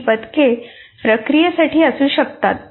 ही पदके प्रक्रियेसाठी असू शकतात